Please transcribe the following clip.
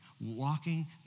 walking